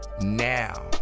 Now